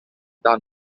town